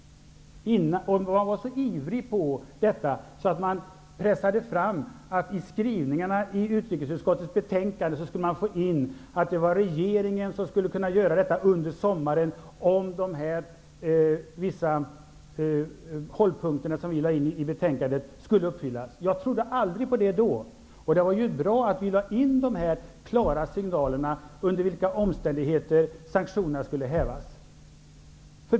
Man var så ivrig att man pressade fram att det i utrikesutskottets betänkande skulle stå att regeringen skulle kunna genomföra detta under sommaren om hållpunkterna, som vi lade in i betänkandet, skulle uppfyllas. Jag trodde aldrig på det. Det var bra att vi fick med de klara signalerna om under vilka omständigheter sanktionerna skulle hävas.